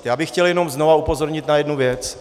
Já bych chtěl jenom znova upozornit na jednu věc.